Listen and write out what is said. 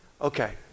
Okay